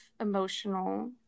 emotional